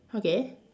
okay